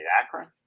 akron